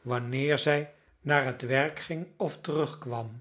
wanneer zij naar het werk ging of terugkwam